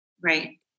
Right